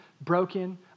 Broken